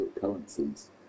currencies